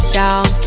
down